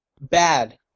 bad